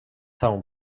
całą